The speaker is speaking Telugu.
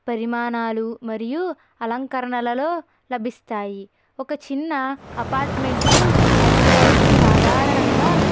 పరిమాణాలు మరియు అలంకరణలలో లభిస్తాయి ఒక చిన్న అపార్ట్మెంట్కు అద్దే సాధారణంగా